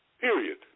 period